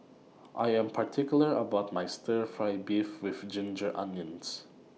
I Am particular about My Stir Fry Beef with Ginger Onions